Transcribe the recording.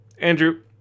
Andrew